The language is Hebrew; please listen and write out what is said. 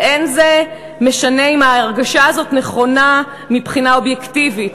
ולא משנה אם ההרגשה הזאת נכונה מבחינה אובייקטיבית,